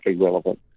relevant